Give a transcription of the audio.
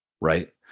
Right